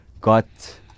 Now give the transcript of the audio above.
Got